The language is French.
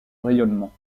rayonnement